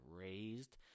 raised